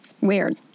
Weird